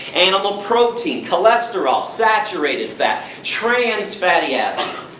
animal protein, cholesterol, saturated fat, trans-fatty acids,